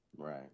right